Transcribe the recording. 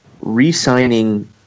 re-signing